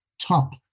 top